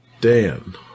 Dan